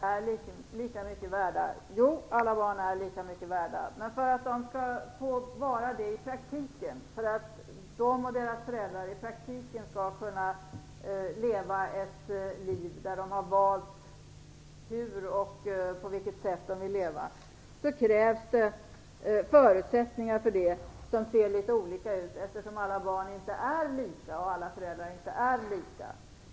Fru talman! Jag fick två frågor. Jo, alla barn är lika mycket värda, men förutsättningarna för att de och deras föräldrar i praktiken skall kunna leva ett liv som de själva har valt är litet olika, eftersom alla barn och alla föräldrar inte är lika.